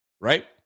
right